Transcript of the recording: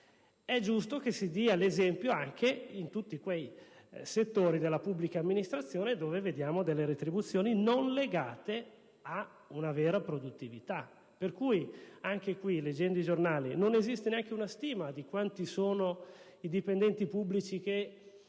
È giusto che si dia l'esempio anche in tutti quei settori della pubblica amministrazione dove si registrano retribuzioni non legate ad una vera produttività. Al riguardo, leggendo i giornali, non esiste neanche una stima di quanti siano i dipendenti pubblici con